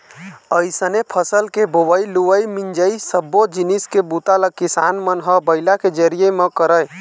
अइसने फसल के बोवई, लुवई, मिंजई सब्बो जिनिस के बूता ल किसान मन ह बइला के जरिए म करय